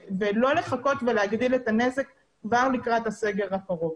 ולא לחכות ולהגדיל את הנזק כבר לקראת הסגר הקרוב.